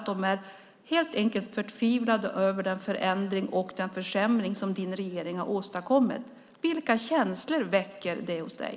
De är helt enkelt förtvivlade över den förändring och den försämring som din regering har åstadkommit. Vilka känslor väcker det hos dig?